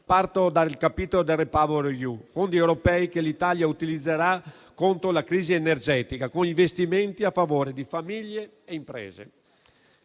Parto dal capitolo del REPowerEU, fondi europei che l'Italia utilizzerà contro la crisi energetica, con investimenti a favore di famiglie e imprese.